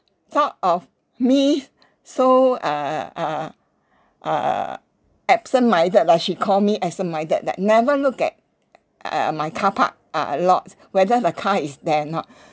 thought of me so uh uh uh absent-minded lah she called me absent-minded that never look at uh my car park uh lots whether the car is there or not